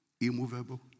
immovable